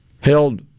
held